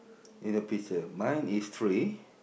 in the picture mine is three